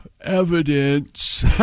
evidence